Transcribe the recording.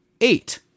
eight